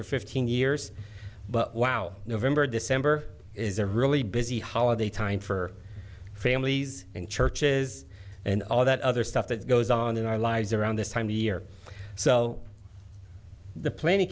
for fifteen years but wow november december is a really busy holiday time for families and churches and all that other stuff that goes on in our lives around this time of year so the pl